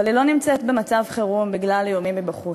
אבל היא לא נמצאת במצב חירום בגלל איומים מבחוץ,